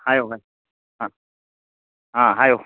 ꯍꯥꯏꯌꯣ ꯍꯥꯏꯌꯣ ꯑꯥ ꯑꯥ ꯍꯥꯏꯌꯣ